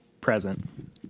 present